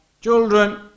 children